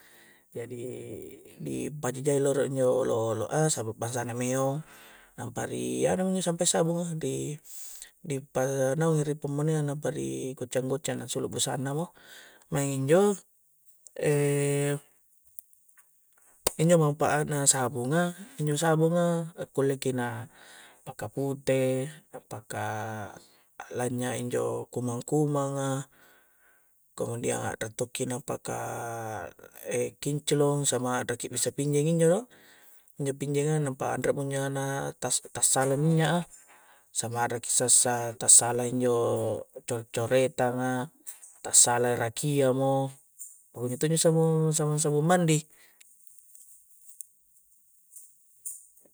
Jadi di pajujai' loro' injo' lo-oloa' samang pasange meong' nampa ri' anu minjo sumpae' sabunga' di' di' panaungi' ri' pammuniang' nampa ri' goccang-goccang ansulu' busannamo', maeng njo' e' injo' manfaat na sabunga', injo' sabunga la kulle' ki na' paka pute', napaka a'lanyya injo' kumang-kumanga kemudian a'ra to'ki napaka e' kinclong, samang a'ra ki bissa' pinyyi'ng njo' do injo' pinyyi'nga nampa anre'mo nya'na tas-tassala minya'a, samang ara'ki sassa' tassala injo' co'-coretanga' tassala raki'a mo pakunjo to' sabung, sabung-sabung mandi